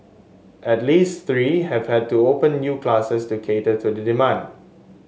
at least three have had to open new classes to cater to the demand